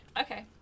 Okay